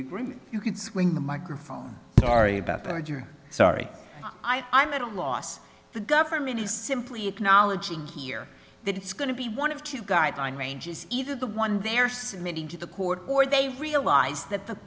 group you can swing the microphone sorry about perjury sorry i'm at a loss the government is simply acknowledging here that it's going to be one of two guideline ranges either the one they're submitting to the court or they realize that the